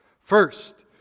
First